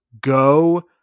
go